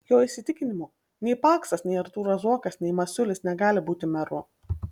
jo įsitikinimu nei paksas nei artūras zuokas nei masiulis negali būti meru